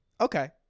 Okay